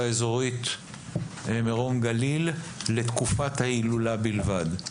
האזורית מרום גליל לתקופת ההילולה בלבד.